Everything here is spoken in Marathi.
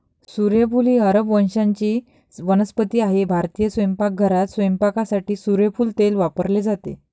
सूर्यफूल ही अरब वंशाची वनस्पती आहे भारतीय स्वयंपाकघरात स्वयंपाकासाठी सूर्यफूल तेल वापरले जाते